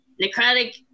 Necrotic